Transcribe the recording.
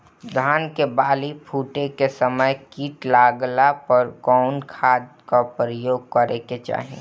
धान के बाली फूटे के समय कीट लागला पर कउन खाद क प्रयोग करे के चाही?